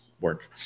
work